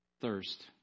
thirst